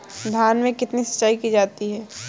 धान में कितनी सिंचाई की जाती है?